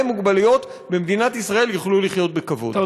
עם מוגבלות במדינת ישראל יוכלו לחיות בכבוד.